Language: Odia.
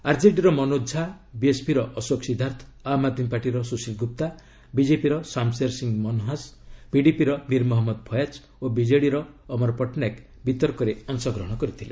ଆର୍ଜେଡିର ମନୋଜ୍ ଝା ବିଏସ୍ପିର ଅଶୋକ ସିଦ୍ଧାର୍ଥ ଆମ୍ ଆଦମୀ ପାର୍ଟିର ସୁଶୀଲ ଗୁପ୍ତା ବିଜେପିର ଶାମ୍ଶେର୍ ସିଂହ ମନହାସ୍ ପିଡିପିର ମୀର୍ ମହମ୍ମଦ୍ ଫୟାଜ୍ ଓ ବିଜେଡ଼ିର ଅମର ପଟ୍ଟନାୟକ ବିତର୍କରେ ଅଂଶଗ୍ରହଣ କରିଥିଲେ